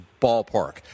ballpark